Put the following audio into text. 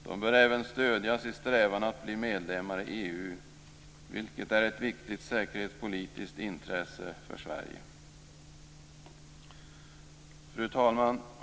De bör även stödjas i strävan att bli medlemmar i EU, vilket är ett viktigt säkerhetspolitiskt intresse för Sverige. Fru talman!